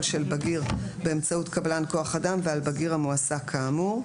של בגיר באמצעות קבלן כוח אדם ועל בגיר המועסק כאמור.